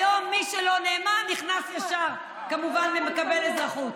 היום מי שלא נאמן נכנס ישר וכמובן מקבל אזרחות.